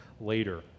later